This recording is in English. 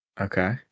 Okay